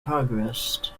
progressed